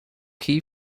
key